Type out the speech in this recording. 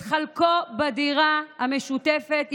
את חלקו בדירה המשותפת,